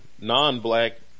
non-black